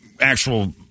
actual –